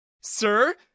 Sir